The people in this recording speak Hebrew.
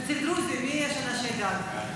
אצל הדרוזים, מי אנשי הדת?